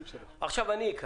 עכשיו אני אקרא.